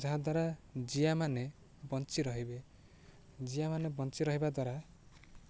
ଯାହାଦ୍ୱାରା ଜିଆମାନେ ବଞ୍ଚି ରହିବେ ଜିଆମାନେ ବଞ୍ଚି ରହିବା ଦ୍ୱାରା